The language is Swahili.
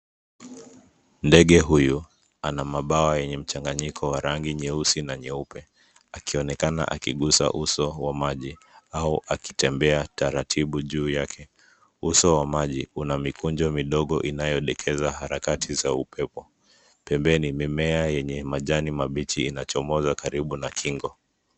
Ndege huyo ana mabawa yenye mchanganiko wa rangi nyeusi na nyeupe akionekana akigusa uso wa maji au akitembea taratibu juu yake. Uso wa maji una mikunjo midogo inayodekeza harakati za upepo. Pembeni mimea yenye majani mabichi inachomoza karibu kingo.